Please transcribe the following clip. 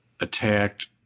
attacked